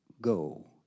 go